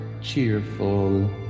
Cheerful